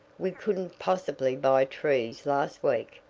we couldn't possibly buy trees last week,